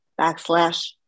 backslash